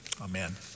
Amen